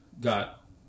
got